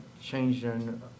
changing